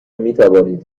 میتوانید